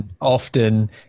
often